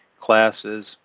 classes